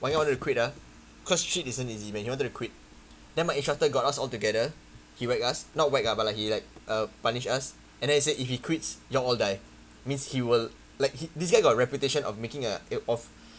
why he wanted to quit ah because shit isn't easy man he wanted to quit then my instructor got us altogether he whack us not whack ah but like he like uh punish us and he said if he quits you all all die means he will like he this guy got reputation of making a uh of